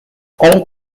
all